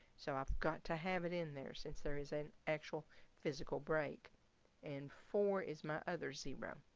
so i've got to have it in there since there is an actual physical break and four is my other zero.